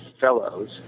fellows